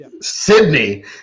Sydney